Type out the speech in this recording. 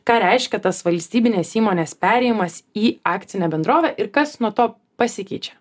ką reiškia tas valstybinės įmonės perėjimas į akcinę bendrovę ir kas nuo to pasikeičia